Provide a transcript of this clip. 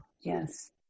yes